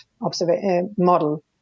model